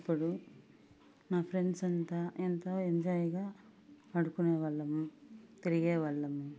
ఇప్పుడు నా ఫ్రెండ్స్ అంతా ఎంతో ఎంజాయ్గా ఆడుకునే వాళ్ళము తిరిగే వాళ్ళము